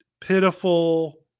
pitiful